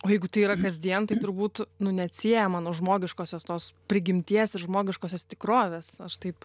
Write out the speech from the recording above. o jeigu tai yra kasdien tai turbūt nu neatsiejama nuo žmogiškosios prigimties žmogiškosios tikrovės aš taip